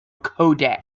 codec